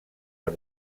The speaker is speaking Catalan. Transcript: per